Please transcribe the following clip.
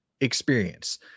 experience